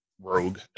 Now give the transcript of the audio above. rogue